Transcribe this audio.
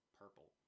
purple